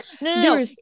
no